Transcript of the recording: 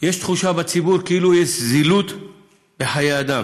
בציבור כאילו יש זילות בחיי אדם,